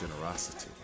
generosity